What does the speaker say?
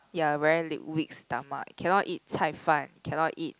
ya very leak weak stomach cannot eat 菜饭 cannot eat